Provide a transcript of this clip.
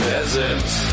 Peasants